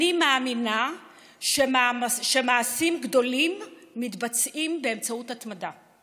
אני מאמינה שמעשים גדולים מתבצעים באמצעות התמדה.